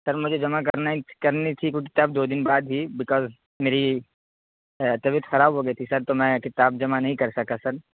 سر مجھے جمع کرنا ہے کرنی تھی وہ کتاب دو دن بعد ہی بکاز میری طبیعت خراب ہو گئی تھی سر تو میں کتاب جمع نہیں کر سکا سر